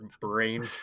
brain